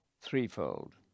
threefold